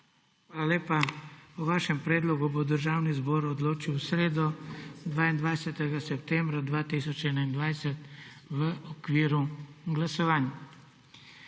Hvala lepa. O vašem predlogu bo Državni zbor odločil v sredo, 22. septembra 2021, v okviru glasovanj.